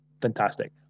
Fantastic